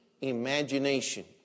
imagination